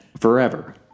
forever